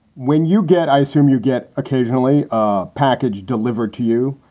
when you get i assume you get occasionally ah package delivered to you.